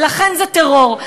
ולכן זה טרור.